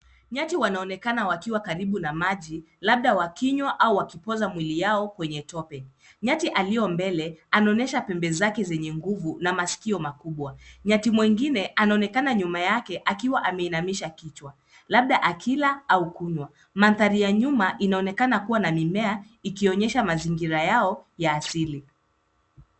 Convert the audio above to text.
Nyati wanaonekana wakiwa karibu na maji, labda wakinywa au wakipoza mwili yao kwenye tope. Nyati alio mbele anaonyesha pembe zake zenye nguvu na masikio makubwa. Nyati mwingine anaonekana nyuma yake akiwa ameinamisha kichwa, labda akila au kunywa. Mandahari ya nyuma inaonekana kuwa na mimea ikionyesha mazingira yao ya asili.